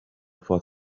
for